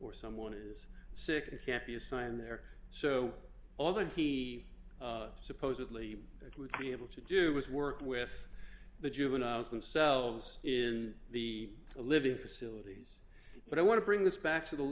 or someone is sick if can't be a sign there so all that he supposedly that would be able to do was work with the juveniles themselves in the living facilities but i want to bring this back to the